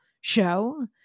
show